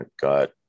got